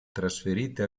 trasferite